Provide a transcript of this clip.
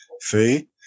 see